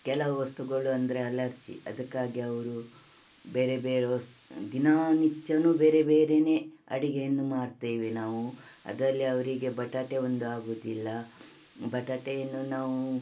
ಕೆಲವು ವಸ್ತುಗಳು ಅಂದರೆ ಅಲರ್ಜಿ ಅದಕ್ಕಾಗಿ ಅವರು ಬೇರೆ ಬೇರೆ ವಸ್ ದಿನನಿತ್ಯನೂ ಬೇರೆ ಬೇರೆ ಅಡುಗೆಯನ್ನು ಮಾಡ್ತೇವೆ ನಾವು ಅದಲ್ಲಿ ಅವರಿಗೆ ಬಟಾಟೆ ಒಂದು ಆಗೋದಿಲ್ಲ ಬಟಾಟೆಯನ್ನು ನಾವು